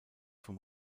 vom